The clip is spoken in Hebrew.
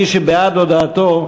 מי שבעד הודעתו,